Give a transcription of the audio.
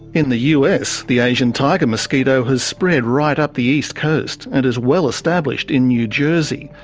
in the us, the asian tiger mosquito has spread right up the east coast, and is well established in new jersey.